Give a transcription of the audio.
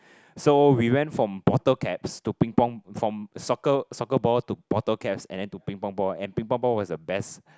so we went from bottle caps to Ping Pong from soccer soccer ball to bottle caps and then to Ping Pong ball and Ping Pong ball was the best